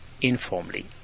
informally